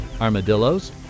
armadillos